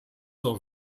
auf